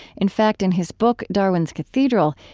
in fact, in his book darwin's cathedral,